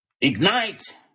Ignite